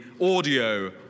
audio